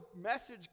message